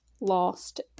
Lost